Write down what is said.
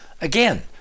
Again